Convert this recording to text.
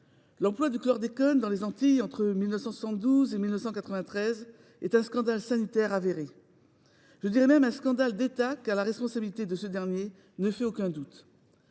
L’emploi du chlordécone dans les Antilles entre 1972 et 1993 est un scandale sanitaire avéré, voire un scandale d’État, tant la responsabilité de ce dernier ne fait aucun doute.